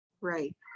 Right